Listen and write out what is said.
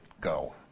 go